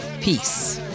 Peace